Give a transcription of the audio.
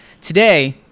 Today